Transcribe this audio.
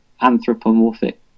anthropomorphic